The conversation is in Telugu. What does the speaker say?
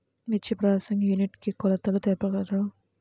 మిర్చి ప్రోసెసింగ్ యూనిట్ కి కొలతలు తెలుపగలరు?